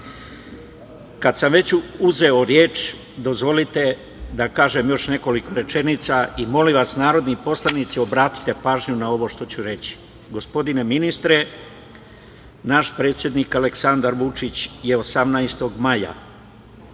sam već uzeo reč, dozvolite da kažem još nekoliko rečenica i molim vas, narodni poslanici, obratite pažnju na ovo što ću reći. Gospodine ministre, naš predsednik Aleksandar Vučić je 18. maja